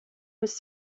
was